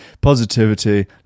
positivity